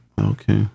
okay